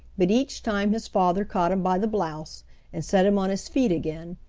but each time his father caught him by the blouse and set him on his feet again,